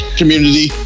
community